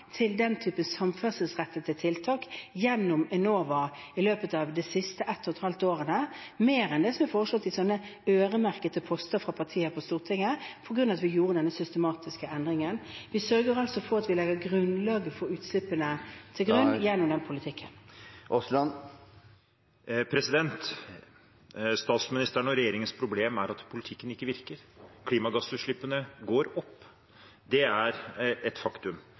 til den typen samferdselsrettede tiltak gjennom Enova i løpet av det siste halvannet året, mer enn det som er foreslått i slike øremerkede poster fra partier på Stortinget, på grunn av at vi gjorde denne systematiske endringen. Vi sørger altså for at vi legger grunnlaget for utslippene til grunn, gjennom den politikken. Statsministeren og regjeringens problem er at politikken ikke virker. Klimagassutslippene går opp. Det er et faktum.